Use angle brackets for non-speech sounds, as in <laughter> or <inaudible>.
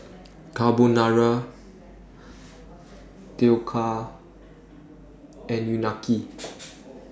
Carbonara Dhokla and Unagi <noise>